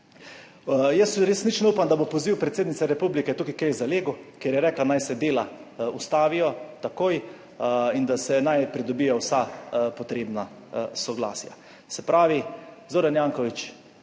Jaz resnično upam, da bo poziv predsednice republike tukaj kaj zalegel, ker je rekla, naj se dela ustavijo takoj in da se naj pridobijo vsa potrebna soglasja. Se pravi, Zoran Janković